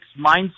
mindset